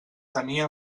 tenia